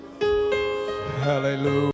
Hallelujah